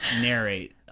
narrate